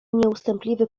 nieustępliwy